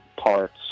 parts